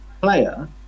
player